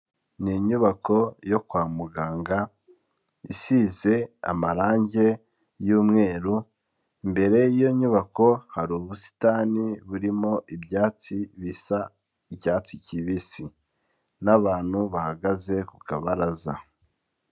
Ni inyubako yo kwa muganga isize amarangi y'umweru, imbere y'iyo nyubako hari ubusitani burimo ibyatsi bisa icyatsi kibisi n'abantu bahagaze ku kabaraza.